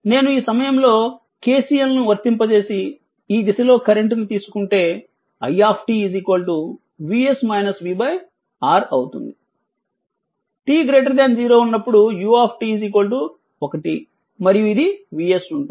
నేను ఈ సమయంలో KCL ను వర్తింపజేసి ఈ దిశలో కరెంట్ ను తీసుకుంటే i R అవుతుంది t 0 ఉన్నప్పుడు u 1 మరియు ఇది vs ఉంటుంది